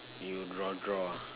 you draw draw ah